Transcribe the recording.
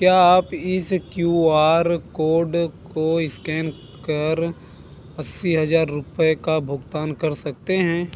क्या आप इस क्यू आर कोड को स्कैन कर अस्सी हज़ार रुपये का भुगतान कर सकते हैं